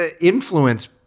influence